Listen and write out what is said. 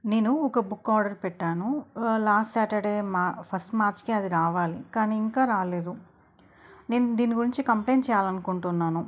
నేను ఒక book order పెట్టాను లాస్ట్ సాాటర్డే మా ఫస్ట్ మార్చికి అది రావాలి కానీ ఇంకా రాలేదు నేను దీని గురించి కంప్లైంట్ చేయాలి అనుకుంటున్నాను